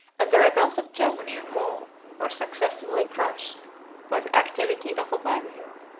and the rebels of germany and gaul were successively crushed by the activity of a warrior,